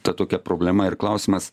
ta tokia problema ir klausimas